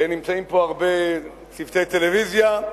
נמצאים פה הרבה צוותי טלוויזיה,